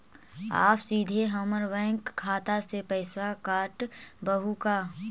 आप सीधे हमर बैंक खाता से पैसवा काटवहु का?